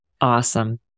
Awesome